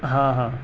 ہاں ہاں